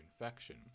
infection